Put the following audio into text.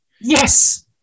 Yes